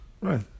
Right